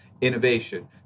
innovation